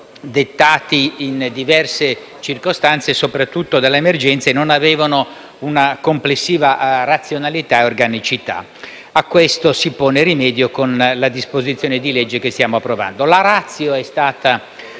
dettati in diverse circostanze, soprattutto dalle emergenze, e non avevano una complessiva razionalità e organicità. A questo si pone rimedio con la disposizione di legge che stiamo approvando. La *ratio* è stata